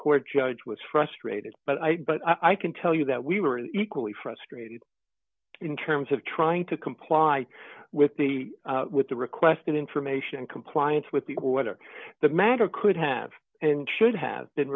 court judge was frustrated but i but i can tell you that we were equally frustrated in terms of trying to comply with the with the requested information and compliance with the order the matter could have and should have been